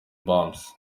bumps